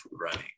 running